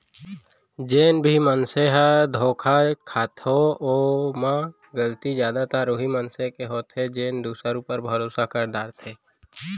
जेन भी मनसे ह धोखा खाथो ओमा गलती जादातर उहीं मनसे के होथे जेन दूसर ऊपर भरोसा कर डरथे